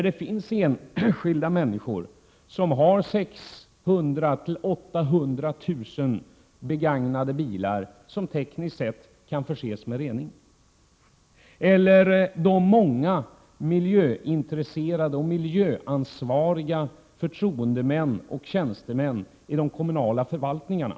Det finns ju enskilda ägare till mellan 600 000 och 800 000 begagnade bilar, som tekniskt sett kan förses med rening. Det finns många miljöintresserade och miljöansvariga förtroendemän och tjänstemän i de kommunala förvaltningarna.